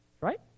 right